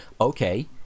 Okay